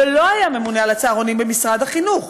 ולא היה ממונה על הצהרונים במשרד החינוך.